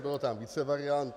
Bylo tam více variant.